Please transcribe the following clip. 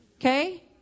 Okay